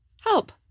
help